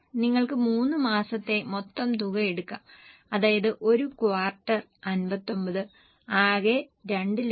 നിങ്ങൾക്ക് 3 മാസത്തെ മൊത്തം തുക എടുക്കാം അതായത് ഒരു ക്വാർട്ടർ 59 ആകെ 227500